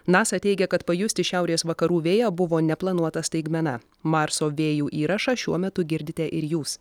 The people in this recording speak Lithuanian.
nasa teigia kad pajusti šiaurės vakarų vėją buvo neplanuota staigmena marso vėjų įrašą šiuo metu girdite ir jūs